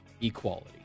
equality